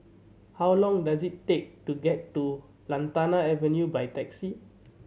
how long does it take to get to Lantana Avenue by taxi